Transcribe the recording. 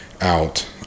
out